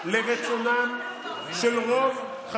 רוטמן, אתה רשאי להמשיך.